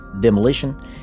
demolition